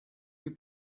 you